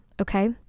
okay